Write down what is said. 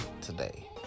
today